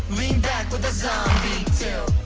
lean back with the zombie so